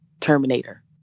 Terminator